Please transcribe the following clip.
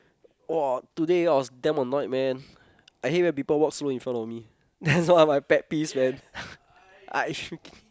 !wah! today I was damn annoyed man I hate when people walk slow in front of me that's one of my pet peeves man I sh~